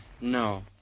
no